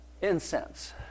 incense